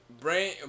Brain